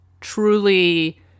truly